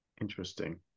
Interesting